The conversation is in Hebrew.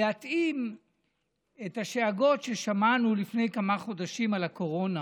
להתאים את השאגות ששמענו לפני כמה חודשים על הקורונה,